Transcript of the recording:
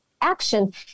action